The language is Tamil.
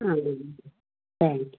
ஆ ஆ தேங்க்யூ